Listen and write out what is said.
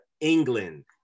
England